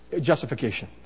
justification